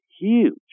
huge